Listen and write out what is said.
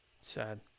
sad